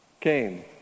came